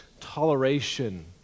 toleration